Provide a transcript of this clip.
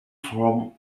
from